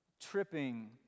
tripping